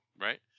right